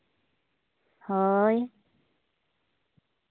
ᱦᱳᱭ